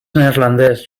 neerlandès